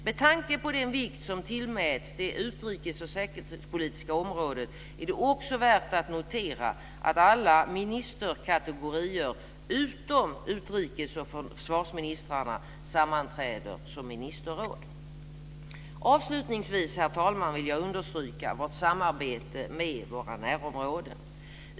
Med tanke på den vikt som tillmäts det utrikesoch säkerhetspolitiska området är det också värt att notera att alla ministerkategorier utom utrikes och försvarsministrarna sammanträder som ministerråd. Avslutningsvis, herr talman, vill jag understryka vårt samarbete med våra närområden.